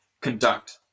conduct